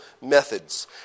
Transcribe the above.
methods